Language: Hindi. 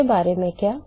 इसके बारे में क्या